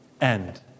end